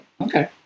Okay